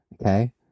okay